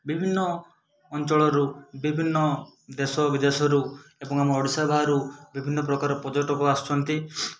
ବିଭିନ୍ନ ଅଞ୍ଚଳରୁ ବିଭିନ୍ନ ଦେଶ ବିଦେଶରୁ ଏବଂ ଆମ ଓଡ଼ିଶା ବାହାରୁ ବିଭିନ୍ନ ପ୍ରକାର ପର୍ଯ୍ୟଟକ ଆସୁଛନ୍ତି